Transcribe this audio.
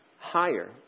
higher